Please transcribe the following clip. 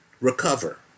recover